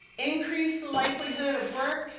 increased the likelihood of work.